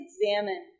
examine